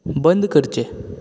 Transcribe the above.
बंद करचें